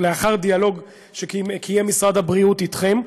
לאחר דיאלוג שקיים משרד הבריאות אתכם,